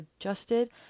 adjusted